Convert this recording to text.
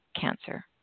cancer